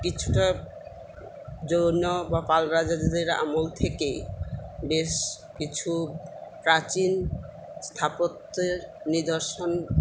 কিছুটা জৈন বা পাল রাজাদের আমল থেকেই বেশ কিছু প্রাচীন স্থাপত্যের নিদর্শন